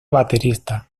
baterista